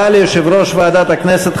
הודעה ליושב-ראש ועדת הכנסת,